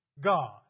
God